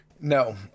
No